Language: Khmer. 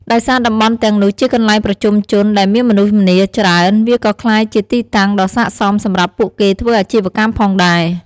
ដោយសារតំបន់ទាំងនោះជាកន្លែងប្រជុំជនដែលមានមនុស្សម្នាច្រើន វាក៏ក្លាយជាទីតាំងដ៏ស័ក្តិសមសម្រាប់ពួកគេធ្វើអាជីវកម្មផងដែរ។